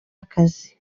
akazi